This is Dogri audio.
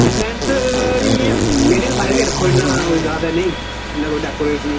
ऐंटरैंस बी इ'यां मीडियम साइज गै रक्खो इन्ना कोई ज़ादा नेईं इन्ना कोई डैकोरेट निं